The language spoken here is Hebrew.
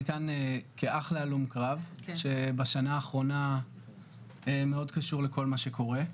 אני כאן כאח להלום קרב שבשנה האחרונה מאוד קשור לכל מה שקורה,